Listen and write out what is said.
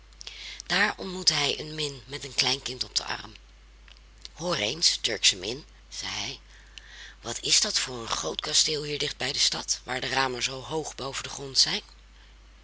daar ontmoette hij een min met een klein kind op den arm hoor eens turksche min zei hij wat is dat voor een groot kasteel hier dicht bij de stad waar de ramen zoo hoog boven den grond zijn